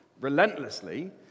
relentlessly